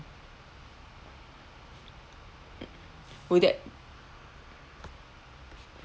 would that